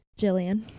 Jillian